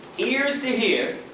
ears to hear,